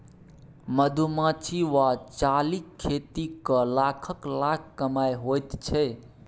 मधुमाछी वा चालीक खेती कए लाखक लाख कमाई होइत छै